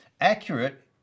accurate